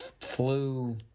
flu